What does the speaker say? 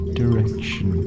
direction